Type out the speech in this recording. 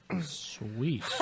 Sweet